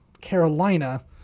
Carolina